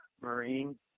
Marine